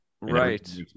Right